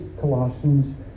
Colossians